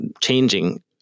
changing